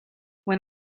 when